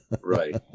right